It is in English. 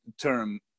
term